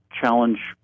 challenge